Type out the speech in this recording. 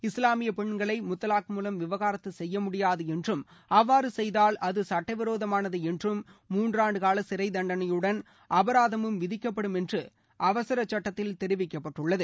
இஸ்லாமிய பெண்களை முத்தலாக் மூலம் விவாகரத்து செய்ய மூடியாது என்றும் அவ்வாறு செய்தால் அது சட்டவிரோதமானது என்றும் மூன்றாண்டுகால சிறை தண்டனையுடன் அபராதமும் விதிக்கப்படும் என்று அவசரச் சட்டத்தில் தெரிவிக்கப்பட்டுள்ளது